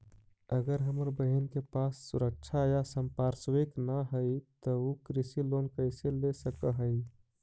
अगर हमर बहिन के पास सुरक्षा या संपार्श्विक ना हई त उ कृषि लोन कईसे ले सक हई?